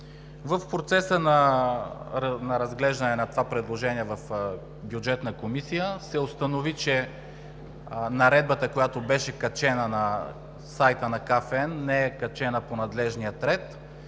В процеса на разглеждане на това предложение в Бюджетната комисия се установи, че Наредбата, която беше качена на сайта на Комисията за финансов надзор, не е качена по надлежния ред.